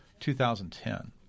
2010